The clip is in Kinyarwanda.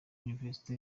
university